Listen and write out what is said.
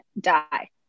die